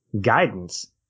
guidance